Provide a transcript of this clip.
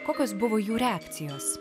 kokios buvo jų reakcijos